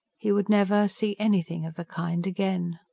he would never see anything of the kind again.